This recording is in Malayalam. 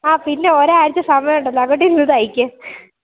ആ പിന്നെ ഒരു ആഴ്ച സമയം ഉണ്ടല്ലോ അങ്ങോട്ടിരുന്ന് തയ്ക്ക്